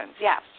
Yes